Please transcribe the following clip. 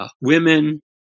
Women